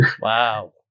Wow